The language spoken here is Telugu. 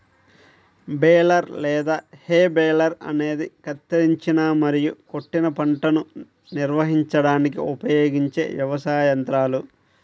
బేలర్ లేదా హే బేలర్ అనేది కత్తిరించిన మరియు కొట్టిన పంటను నిర్వహించడానికి ఉపయోగించే వ్యవసాయ యంత్రాల